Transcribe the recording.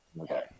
Okay